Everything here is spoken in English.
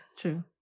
true